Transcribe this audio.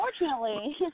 Unfortunately